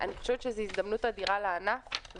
אני חושבת שזאת הזדמנות אדירה לענף.